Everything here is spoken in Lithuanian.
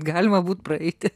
galima būt praeiti